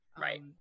Right